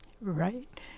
right